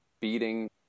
beating